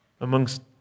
amongst